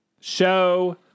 show